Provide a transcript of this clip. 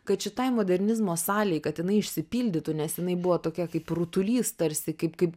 kad šitai modernizmo salei kad jinai išsipildytų nes jinai buvo tokia kaip rutulys tarsi kaip kaip